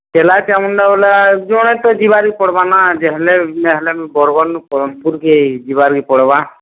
ଚେଲା ଚାମୁଣ୍ଡା ବଏଲେ ଜଣେ ତ ଯିବାକେ ପଡ଼୍ବା ନା ଯେ ହେଲେ ନହେଲେ ବି ବରଗଡ଼୍ନୁ ପଦମ୍ପୁର୍କେ ଯିବାର୍କେ ପଡ଼୍ବା